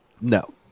No